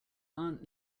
aunt